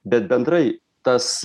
bet bendrai tas